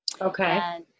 Okay